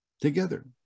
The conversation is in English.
together